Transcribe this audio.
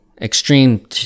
extreme